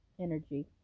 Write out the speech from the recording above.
energy